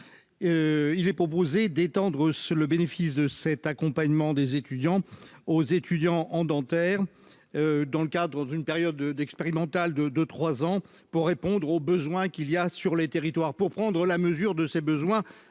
il est proposé d'étendre ce le bénéfice de cet accompagnement des étudiants aux étudiants en dentaire dans le cadre d'une période de d'expérimental de deux 3 ans pour répondre aux besoins qu'il y a sur les territoires pour prendre la mesure de ses besoins,